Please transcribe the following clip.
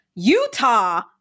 Utah